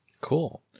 Cool